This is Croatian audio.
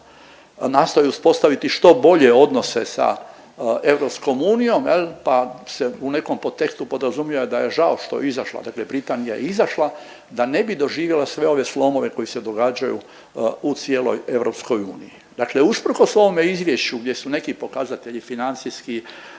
nastoji uspostaviti što bolje odnose sa EU jel, pa se u nekom podtekstu podrazumijeva da joj je žao što je izašla, dakle Britanija je izašla da ne bi doživjela sve ove slomove koji se događaju u cijeloj EU. Dakle usprkos ovome izvješću gdje su neki pokazatelji financijski,